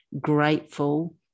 grateful